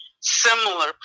Similar